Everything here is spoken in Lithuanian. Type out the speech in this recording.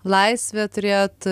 laisvę turėjot